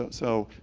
so,